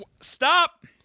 Stop